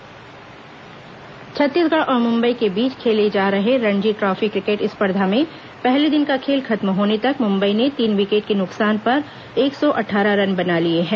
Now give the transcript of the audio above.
Ranji trophy Chhattisgarh और मुंबई के बीच खेले जा रहे रणजी ट्रॉफी क्रिकेट स्पर्धा में पहले दिन का खेल खत्म होने तक मुंबई ने तीन विकेट के नुकसान पर एक सौ अट्ठारह रन बना लिए हैं